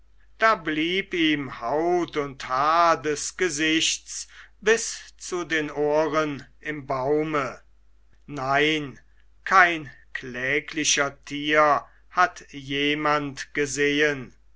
da blieb ihm haut und haar des gesichts bis zu den ohren im baume nein kein kläglicher tier hat jemand gesehen